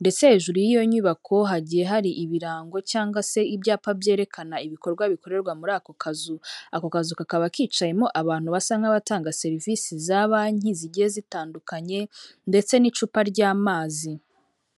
ndetse hejuru y'iyo nyubako hagiye hari ibirango cyangwa se ibyapa byerekana ibikorwa bikorerwa muri ako kazu, ako kazu kakaba kicayemo abantu basa nk'abatanga serivisi za banki zigiye zitandukanye ndetse n'icupa ry'amazi.